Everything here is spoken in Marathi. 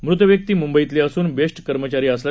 मृतव्यक्ती मुंबईतली असून बेस्ट कर्मचारी असल्याचं समजतं